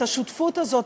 את השותפות הזאת,